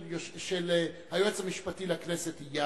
של היועץ המשפטי לכנסת איל ינון,